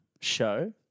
Show